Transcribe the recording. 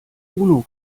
uno